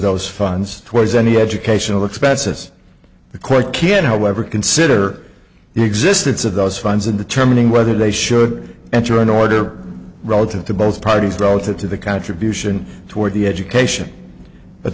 those funds towards any educational expenses the court can however consider the existence of those funds in determining whether they should enter an order relative to both parties relative to the contribution toward the education